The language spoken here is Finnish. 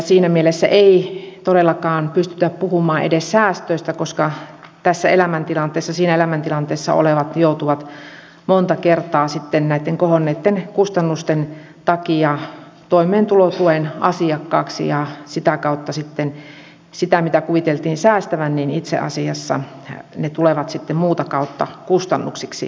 siinä mielessä ei todellakaan pystytä puhumaan edes säästöistä koska siinä elämäntilanteessa olevat joutuvat monta kertaa sitten näitten kohonneitten kustannusten takia toimeentulotuen asiakkaiksi ja sitä kautta sitten se mitä kuviteltiin säästettävän itse asiassa tulee muuta kautta kustannuksiksi